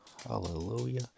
Hallelujah